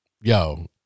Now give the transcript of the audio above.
yo